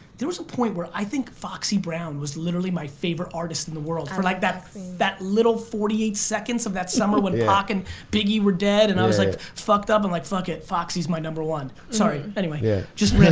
there was a point where i think foxy brown was literally my favorite artist in the world. for like that that little forty eight seconds of that summer when pac and biggie were dead, and i was like fucked up and like fuck it. foxy's my number one. sorry, anyway. yeah just